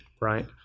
right